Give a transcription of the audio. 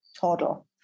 Total